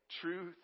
truth